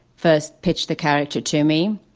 first pitched the character to me.